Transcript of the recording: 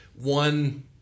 one